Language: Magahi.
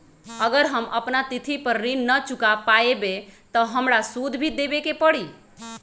अगर हम अपना तिथि पर ऋण न चुका पायेबे त हमरा सूद भी देबे के परि?